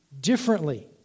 differently